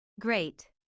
Great